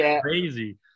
crazy